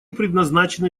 предназначены